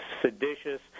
seditious